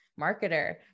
marketer